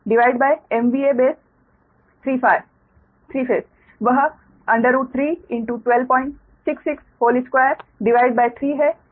इसलिए ZB1BLL2 B3∅ वह 3126623 है जो 16027Ω है